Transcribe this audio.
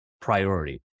priority